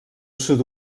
sud